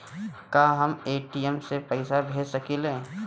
का हम ए.टी.एम से पइसा भेज सकी ले?